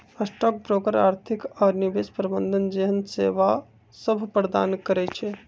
stock broker आर्थिक आऽ निवेश प्रबंधन जेहन सेवासभ प्रदान करई छै